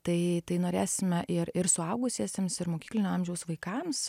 tai tai norėsime ir ir suaugusiesiems ir mokyklinio amžiaus vaikams